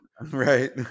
Right